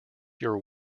your